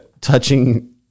touching